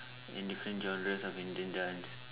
in different genres of Indian dance